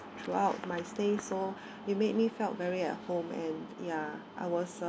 throughout my stay so it made me felt very at home and ya I was